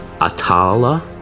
Atala